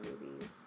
movies